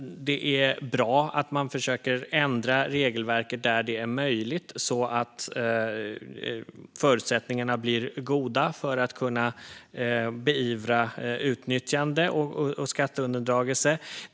Det är bra att man försöker ändra regelverket där det är möjligt, så att förutsättningarna för att beivra utnyttjande och skatteundandragande blir goda.